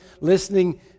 listening